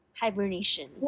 Hibernation